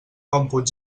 còmput